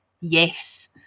yes